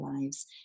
lives